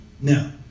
Now